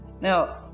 Now